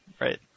right